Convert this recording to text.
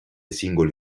singole